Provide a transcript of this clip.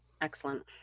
Excellent